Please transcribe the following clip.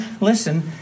Listen